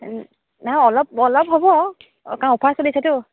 নহয় অলপ অলপ হ'ব কাৰণ অফাৰ চলিছেতো